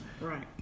Right